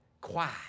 quiet